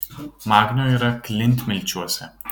magnio yra klintmilčiuose